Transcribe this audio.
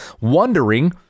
wondering